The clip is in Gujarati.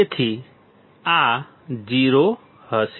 તેથી આ 0 હશે